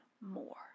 more